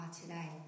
today